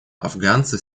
афганцы